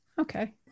Okay